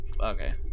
Okay